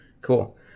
Cool